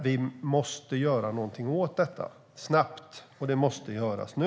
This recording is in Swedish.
Vi måste göra något åt detta snabbt. Det måste göras nu.